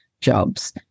jobs